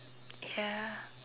ya